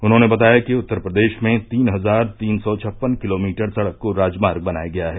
उन्होंने बताया कि उत्तर प्रदेश में तीन हजार तीन सौ छप्पन किलोमीटर सड़क को राजमार्ग बनाया गया है